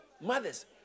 mothers